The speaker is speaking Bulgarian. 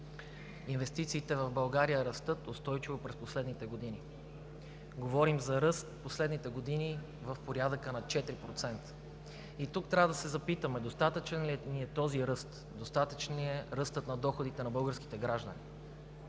Инвестициите в България растат устойчиво през последните години. Говорим за ръст в последните години в порядъка на 4%. И тук трябва да се запитаме: достатъчен ли ни е този ръст? Достатъчен ли е ръстът на доходите на българските граждани?